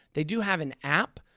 they do have an app.